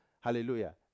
Hallelujah